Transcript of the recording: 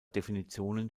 definitionen